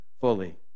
fully